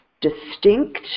distinct